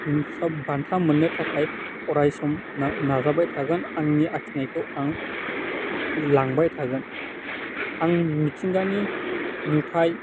बान्था मोननो थाखाय अराय सम नाजाबाय थागोन आंनि आखिनायखौ आं लांबाय थागोन आं मिथिंगानि नुथाइ